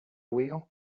wheel